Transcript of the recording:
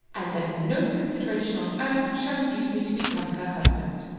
and that no consideration on earth shall induce me to become her husband.